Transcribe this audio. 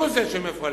הוא זה שמפלג.